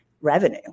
revenue